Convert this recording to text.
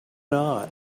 not